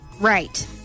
Right